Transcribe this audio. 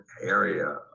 area